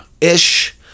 Ish